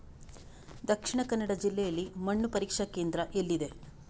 ದಕ್ಷಿಣ ಕನ್ನಡ ಜಿಲ್ಲೆಯಲ್ಲಿ ಮಣ್ಣು ಪರೀಕ್ಷಾ ಕೇಂದ್ರ ಎಲ್ಲಿದೆ?